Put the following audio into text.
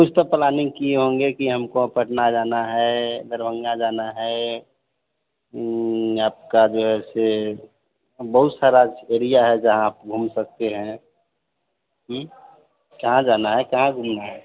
कुछ तो प्लानिन्ग किए होंगे कि हमको पटना जाना है दरभंगा जाना है आपका जो है सो बहुत सारा एरिया है जहाँ आप घूम सकते हैं कहाँ जाना है कहाँ घूमना है